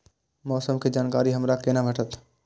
मौसम के जानकारी हमरा केना भेटैत?